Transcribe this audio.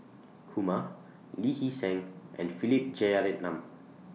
Kumar Lee Hee Seng and Philip Jeyaretnam